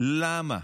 למה?